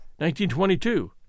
1922